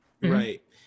right